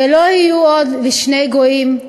ולא יהיו עוד לשני גוים,